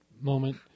moment